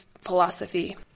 philosophy